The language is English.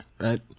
Right